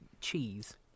cheese